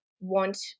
want